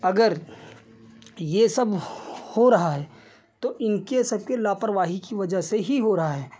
अगर यह सब हो रहा है तो इनके सबकी लापरवाही की वज़ह से ही हो रहा है